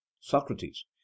Socrates